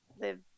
live